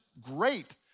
great